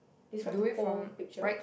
describe the whole picture